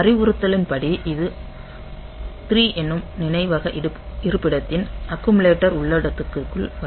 அறிவுறுத்தலின்படி இது 3 என்னும் நினைவக இருப்பிடத்தின் அக்குமுலேட்டர் உள்ளடக்கத்திற்குள் வரும்